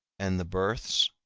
and the births,